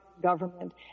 government